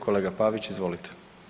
Kolega Pavić izvolite.